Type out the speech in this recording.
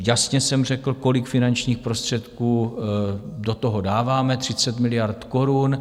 Jasně jsem řekl, kolik finančních prostředků do toho dáváme, 30 miliard korun.